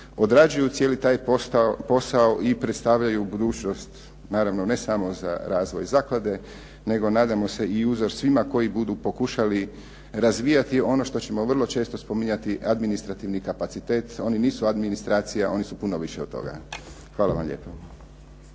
odrađuju cijeli taj posao i predstavljaju budućnost naravno ne samo za razvoj zaklade nego nadajmo se i uzor svima koji budu pokušali razvijati ono što ćemo vrlo često spominjati, administrativni kapacitet, oni nisu administracija, oni su puno više od toga. Hvala vam lijepo.